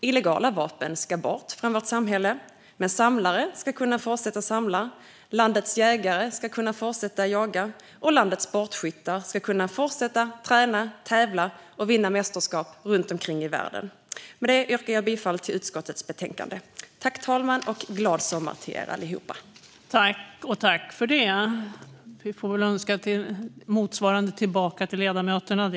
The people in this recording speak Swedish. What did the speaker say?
Illegala vapen ska bort från vårt samhälle, men landets samlare ska kunna fortsätta samla, landets jägare ska kunna fortsätta jaga och landets sportskyttar ska kunna fortsätta träna, tävla och vinna mästerskap runt om i världen. Med det yrkar jag bifall till utskottets betänkande. Fru talman! Jag önskar er allihop en glad sommar.